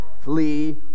flee